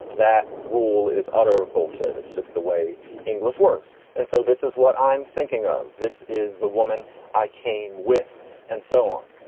that rule is utter bullshit. it's just the way english works. and so this is what i'm thinking of. this is the woman i came with and so on.